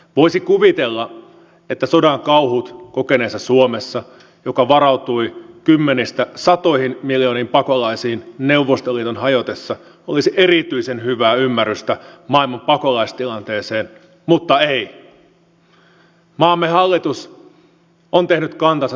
voisi kuvitella että sodan kauhut kokeneessa suomessa joka varautui kymmenistä satoihin miljooniin pakolaisiin neuvostoliiton hajotessa olisi erityisen hyvää ymmärrystä maailman pakolaistilanteeseen mutta ei maamme hallitus on tehnyt kantansa selväksi